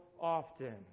often